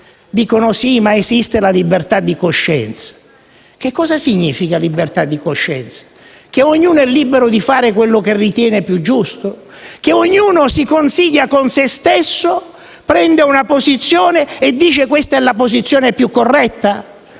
dicono che esiste la libertà di coscienza. Che cosa significa libertà di coscienza? Significa che ognuno è libero di fare quello che ritiene più giusto? Ognuno si consiglia con se stesso, prende una posizione e dice: che è la più corretta?